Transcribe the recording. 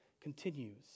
continues